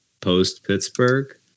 post-Pittsburgh